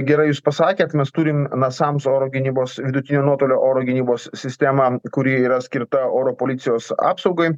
gerai jūs pasakėt mes turim nasams oro gynybos vidutinio nuotolio oro gynybos sistemą kuri yra skirta oro policijos apsaugai